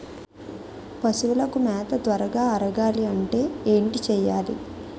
పశువులకు మేత త్వరగా అరగాలి అంటే ఏంటి చేయాలి?